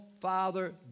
father